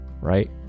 right